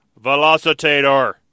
Velocitator